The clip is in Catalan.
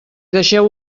deixeu